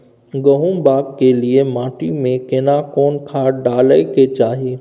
गहुम बाग के लिये माटी मे केना कोन खाद डालै के चाही?